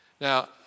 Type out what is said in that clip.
Now